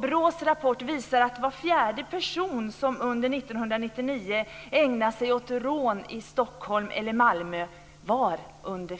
BRÅ:s rapport visar att var fjärde person som under 1999 ägnade sig åt rån i Stockholm eller Malmö var under